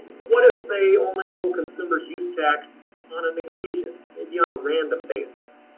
what if they only owe consumer's use tax on an occasion, maybe on a random basis?